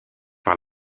par